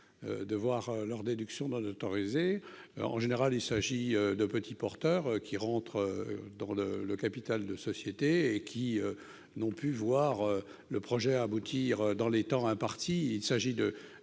de voir leurs déductions non autorisées. Il s'agit en général de petits porteurs qui entrent dans le capital de sociétés et qui n'ont pu voir le projet aboutir dans les temps impartis- il s'agit